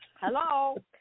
Hello